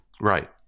Right